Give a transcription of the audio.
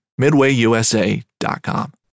MidwayUSA.com